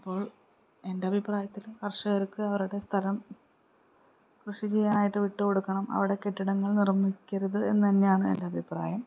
അപ്പോൾ എൻ്റെ അഭിപ്രായത്തിൽ കർഷകർക്ക് അവരുടെ സ്ഥലം കൃഷി ചെയ്യാനായിട്ട് വിട്ടുകൊടുക്കണം അവിടെ കെട്ടിടങ്ങൾ നിർമ്മിക്കരുത് എന്നുതന്നെയാണ് എൻ്റെ അഭിപ്രായം